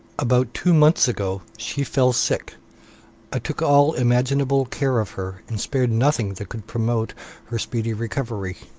about two months ago she fell sick i took all imaginable care of her, and spared nothing that could promote her speedy recovery.